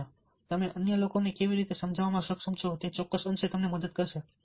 અન્ય તમે અન્ય લોકોને કેવી રીતે સમજાવવામાં સક્ષમ છો તે ચોક્કસ અંશે તમને મદદ કરશે